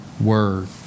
word